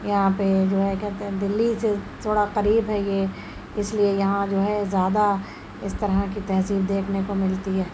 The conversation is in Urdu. یہاں پہ جو ہے کہتے ہیں دلّی سے تھوڑا قریب ہے یہ اس لیے یہاں جو ہے زیادہ اس طرح کی تہذیب دیکھنے کو ملتی ہے